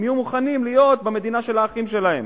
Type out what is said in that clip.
אם הם יהיו מוכנים להיות במדינה של האחים שלהם.